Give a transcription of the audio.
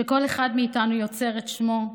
שכל אחד מאיתנו יוצר את שמו,